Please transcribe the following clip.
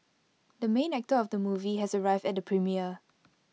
the main actor of the movie has arrived at the premiere